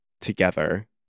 together